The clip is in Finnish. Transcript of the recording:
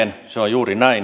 se on juuri näin